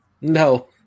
No